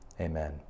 Amen